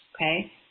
okay